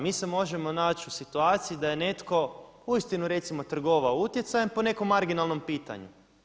Mi se možemo naći u situaciji da je netko uistinu recimo trgovao utjecajem po nekom marginalnom pitanju.